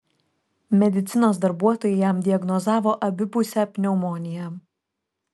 medicinos darbuotojai jam diagnozavo abipusę pneumoniją